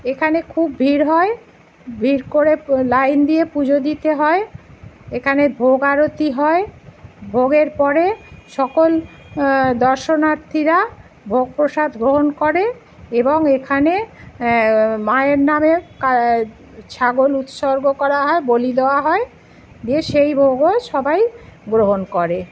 এখানে খুব ভিড় হয় ভিড় করে লাইন দিয়ে পুজো দিতে হয় এখানে ভোগ আরতি হয় ভোগের পরে সকল দর্শনার্থীরা ভোগ প্রসাদ গ্রহণ করে এবং এখানে মায়ের নামে ছাগল উৎসর্গ করা হয় বলি দেওয়া হয় দিয়ে সেই ভোগও সবাই গ্রহণ করে